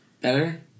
Better